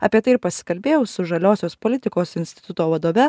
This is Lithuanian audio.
apie tai ir pasikalbėjau su žaliosios politikos instituto vadove